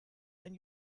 ein